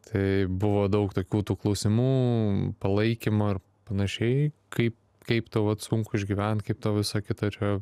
tai buvo daug tokių tų klausimų palaikymo ar panašiai kaip kaip tau vat sunku išgyvent kaip tau visą kitą yra